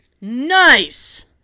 Nice